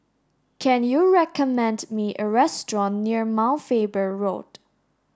can you recommend me a restaurant near Mount Faber Road